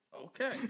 Okay